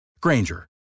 Granger